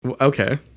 Okay